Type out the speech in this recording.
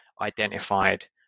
identified